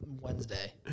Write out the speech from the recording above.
Wednesday